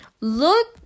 look